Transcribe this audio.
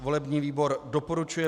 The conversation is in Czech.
Volební výbor doporučuje